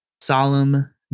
solemn